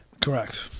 Correct